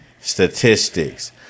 Statistics